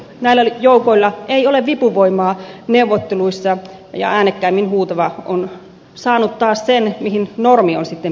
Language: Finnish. näillä joukoilla ei ole vipuvoimaa neuvotteluissa ja äänekkäimmin huutava on saanut taas sen mihin normi on sitten perustunut